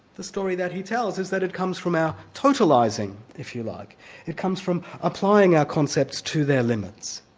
the story that he tells is that it comes from our totalizing, if you like it comes from applying our concepts to their limits.